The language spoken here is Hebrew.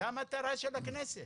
זו המטרה של הכנסת.